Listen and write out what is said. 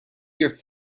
here